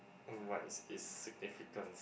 mm what is it's significance